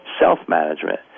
self-management